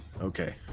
Okay